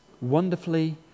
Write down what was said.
wonderfully